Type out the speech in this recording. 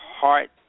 heart